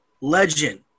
legend